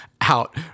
out